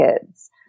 kids